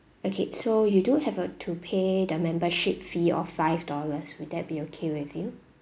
okay so you do have uh to pay the membership fee of five dollars would that be okay with you